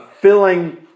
filling